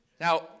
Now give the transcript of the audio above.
Now